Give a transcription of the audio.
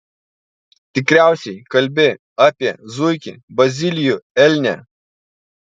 tikriausiai kalbi apie zuikį bazilijų elnią